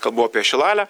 kalbu apie šilalę